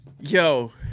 yo